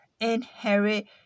inherit